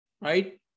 right